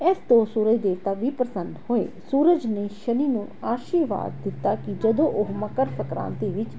ਇਸ ਤੋਂ ਸੂਰਜ ਦੇਵਤਾ ਵੀ ਪ੍ਰਸੰਨ ਹੋਏ ਸੂਰਜ ਨੇ ਸ਼ਨੀ ਨੂੰ ਆਸ਼ੀਰਵਾਦ ਦਿੱਤਾ ਕਿ ਜਦੋਂ ਉਹ ਮਕਰ ਸੰਕ੍ਰਾਂਤੀ ਵਿੱਚ